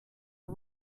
are